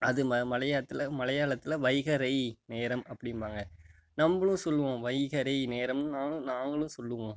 அது ம மலையாத்தில் மலையாளத்தில் வைகறை நேரம் அப்படிம்பாங்க நம்மளும் சொல்லுவோம் வைகறை நேரம்னு நான் நாங்களும் சொல்லுவோம்